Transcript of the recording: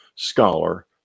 scholar